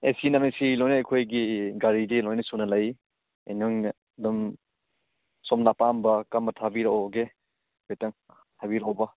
ꯑꯦ ꯁꯤ ꯂꯣꯏꯅ ꯑꯩꯈꯣꯏꯒꯤ ꯒꯥꯔꯤꯗꯤ ꯂꯣꯏꯅ ꯁꯨꯅ ꯂꯩ ꯅꯪꯅ ꯑꯗꯨꯝ ꯁꯣꯝꯅ ꯑꯄꯥꯝꯕ ꯀꯔꯝꯕ ꯊꯥꯕꯤꯔꯛꯎꯒꯦ ꯍꯥꯏꯐꯦꯠꯇꯪ ꯍꯥꯏꯕꯤꯔꯀꯎꯕ